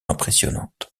impressionnantes